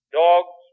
dogs